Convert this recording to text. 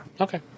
Okay